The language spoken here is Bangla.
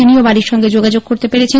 তিনিও বাড়ির সঙ্গে যোগাযোগ করতে পেরেছেন